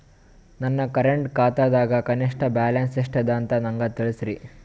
ನನ್ನ ಕರೆಂಟ್ ಖಾತಾದಾಗ ಕನಿಷ್ಠ ಬ್ಯಾಲೆನ್ಸ್ ಎಷ್ಟು ಅದ ಅಂತ ನನಗ ತಿಳಸ್ರಿ